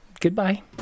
goodbye